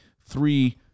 Three